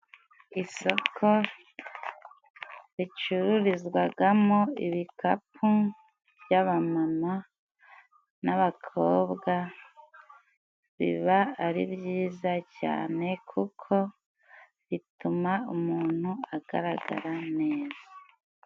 Isoko ricururizwamo ibikapu by'abamama n'abakobwa. Biba ari byiza cyane kuko bituma umuntu agaragara neza.